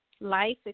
life